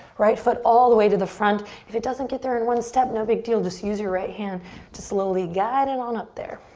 right foot all the way to the front. if it doesn't get there in one step, no big deal, just use your right hand to slowly guide it and on up there.